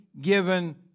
given